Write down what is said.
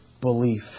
belief